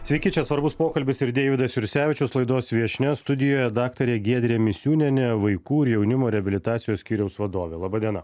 sveiki čia svarbus pokalbis ir deividas jursevičius laidos viešnia studijoje daktarė giedrė misiūnienė vaikų ir jaunimo reabilitacijos skyriaus vadovė laba diena